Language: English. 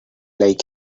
like